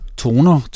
toner